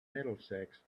middlesex